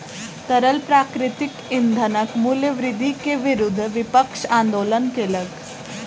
तरल प्राकृतिक ईंधनक मूल्य वृद्धि के विरुद्ध विपक्ष आंदोलन केलक